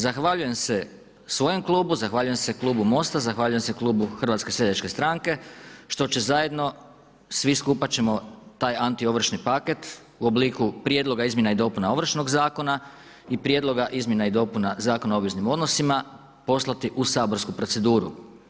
Zahvaljujem se svojem klubu, zahvaljujem se Klubu Mosta, zahvaljujem se Klubu HSS-a, što će zajedno svi skupa ćemo taj antiovršni paket u obliku prijedloga i izmjene i dopune Ovršnog zakona i prijedloga izmjena i dopuna Zakona o obveznim odnosima, poslati u saborsku proceduru.